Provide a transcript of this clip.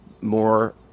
more